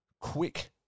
quick